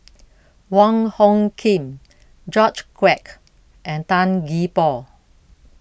Wong Hung Khim George Quek and Tan Gee Paw